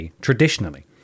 traditionally